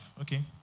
Okay